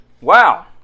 Wow